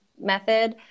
method